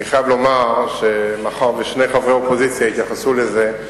אני חייב לומר: מאחר ששני חברי אופוזיציה התייחסו לזה,